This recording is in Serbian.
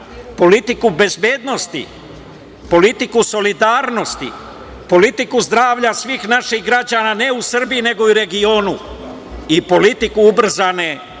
politiku bezbednosti, politiku solidarnosti, politiku zdravlja svih naših građana ne u Srbiji nego u regionu, i politiku ubrzane